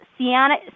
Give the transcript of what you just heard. Sienna